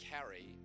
carry